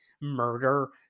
murder